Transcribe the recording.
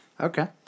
Okay